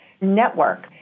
network